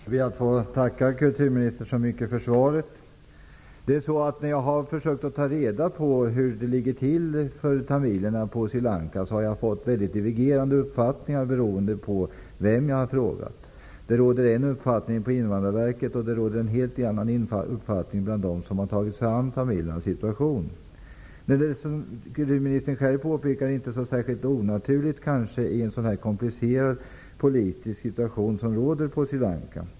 Fru talman! Jag ber att få tacka kulturministern för svaret. Jag har försökt ta reda på hur det ligger till för tamilerna på Sri Lanka och har då fått höra mycket divergerande uppfattningar, beroende på vem jag har frågat. Det råder en uppfattning på Invandrarverket och en helt annan bland dem som har tagit sig an tamilernas situation. Som kulturministern själv påpekar är det inte onaturligt i en så komplicerad politisk situation som den som råder på Sri Lanka.